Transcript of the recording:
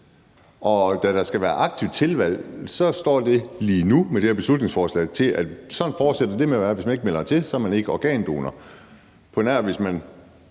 Og da der skal være et aktivt tilvalg, står det med det her beslutningsforslag lige nu til, at sådan fortsætter det med at være, altså at hvis man ikke melder sig til, så er man ikke organdonor – medmindre man